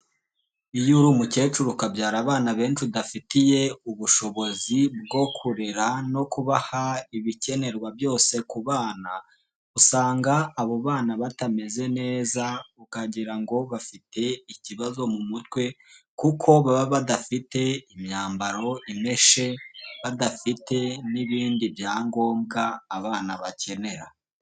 Iyo uri umukecuru akabyara abana benshi udafitiye ubushobozi bwo kurera no kubaha ibikenerwa byose ku bana, usanga abo bana batameze neza ukagirango ngo bafite ikibazo mu mutwe. Kuko baba badafite imyambaro imeshe, badafite n'ibindi byangombwa abana bakenera.